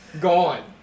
gone